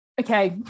Okay